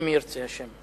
אם ירצה השם.